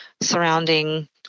surrounding